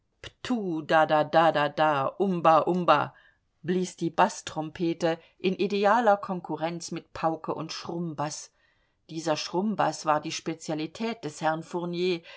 da umba umba bließ die baßtrompete in idealer konkurrenz mit pauke und schrummbaß dieser schrummbaß war die spezialität des herrn fournier